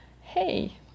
hey